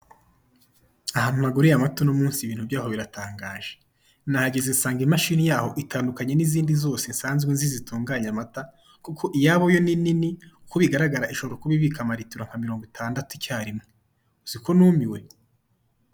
Ahantu naguriye amata uno munsi ibintu by'aho biratangaje, nahageze nsanga imashini yaho itandukanye n'izindi zose nsanzwe nzi zitunganya amata, kuko iyabo yo ni nini uko bigaragara ishobora kuba ibika amaritiro nka mirongo itandatu icyarimwe. Uziko numiwe!